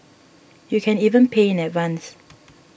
you can even pay in advance